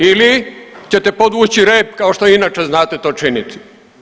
Ili ćete podvući rep kao što inače znate to činiti.